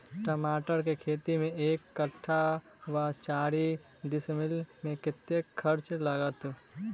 टमाटर केँ खेती मे एक कट्ठा वा चारि डीसमील मे कतेक खर्च लागत?